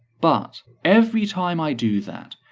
but, every time i do that,